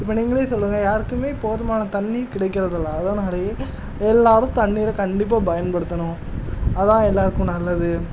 இப்போ நீங்களே சொல்லுங்கள் யாருக்குமே போதுமான தண்ணீர் கிடைக்கறதில்லை அதனாலையே எல்லாரும் தண்ணீரை கண்டிப்பாக பயன்படுத்தணும் அதுதான் எல்லாருக்கும் நல்லது